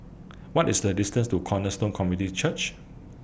What IS The distance to Cornerstone Community Church